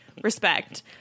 respect